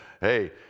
Hey